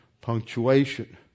punctuation